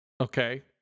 Okay